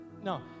No